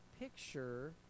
picture